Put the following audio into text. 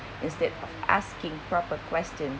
instead of asking proper question